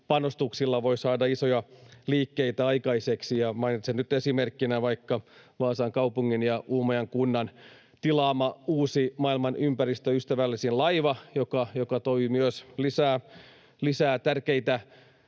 panostuksilla voi saada isoja liikkeitä aikaiseksi, ja mainitsen nyt esimerkkinä vaikka Vaasan kaupungin ja Uumajan kunnan tilaaman uuden maailman ympäristöystävällisimmän laivan, joka toi myös lisää tärkeitä